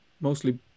mostly